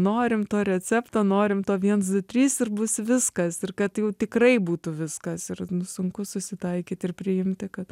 norim to recepto norim to viens du trys ir bus viskas ir kad jau tikrai būtų viskas ir nu sunku susitaikyt ir priimti kad